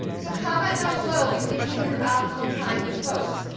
so comment down below and give me your optimal time to post.